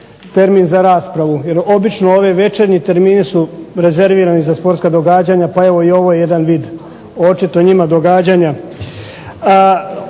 termin za raspravu, jer obično ovi večernji termini su rezervirani za sportska događanja, pa evo i ovo je jedan vid očito njima događanja.